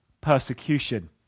persecution